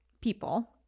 people